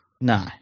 No